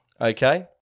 Okay